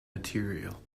material